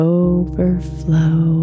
overflow